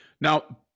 Now